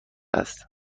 است